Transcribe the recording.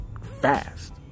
fast